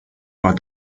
war